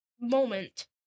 moment